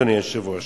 אדוני היושב-ראש.